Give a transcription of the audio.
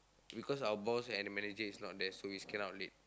because our boss and the manager is not there so is cannot late